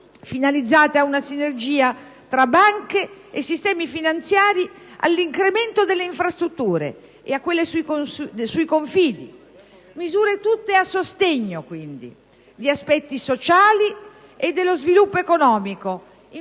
(finalizzate ad una sinergia tra banche e sistemi finanziari ed all'incremento delle infrastrutture), a quelle sui Confidi. Sono tutte misure a sostegno di aspetti sociali e dello sviluppo economico,